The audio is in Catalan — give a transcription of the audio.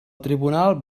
tribunal